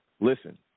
Listen